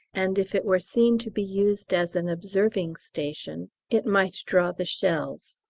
and if it were seen to be used as an observing station it might draw the shells.